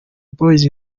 boys